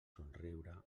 somriure